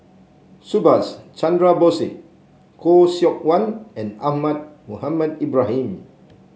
Subhas Chandra Bose Khoo Seok Wan and Ahmad Mohamed Ibrahim